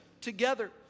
together